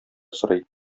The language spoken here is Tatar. сорый